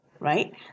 right